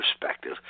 perspective